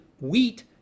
wheat